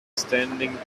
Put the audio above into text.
standing